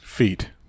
Feet